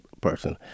person